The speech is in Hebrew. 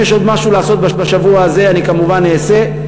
אם יש עוד משהו לעשות בשבוע הזה, אני כמובן אעשה.